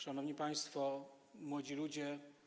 Szanowni państwo, młodzi ludzie.